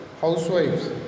housewives